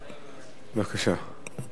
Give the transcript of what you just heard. בבקשה.